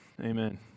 Amen